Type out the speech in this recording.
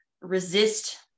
resist